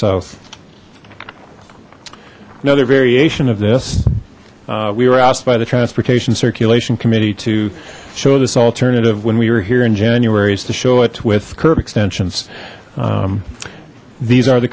south another variation of this we were asked by the transportation circulation committee to show this alternative when we were here in january's to show it with curb extensions these are the